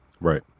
right